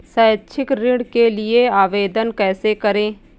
शैक्षिक ऋण के लिए आवेदन कैसे करें?